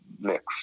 mix